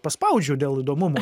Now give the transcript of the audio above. paspaudžiau dėl įdomumo